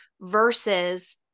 versus